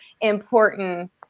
important